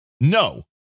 No